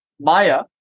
Maya